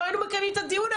לא היינו מקיימים את הדיון.